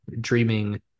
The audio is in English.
dreaming